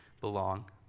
belong